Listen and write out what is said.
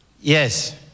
Yes